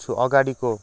अगाडिको